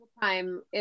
Time